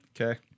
Okay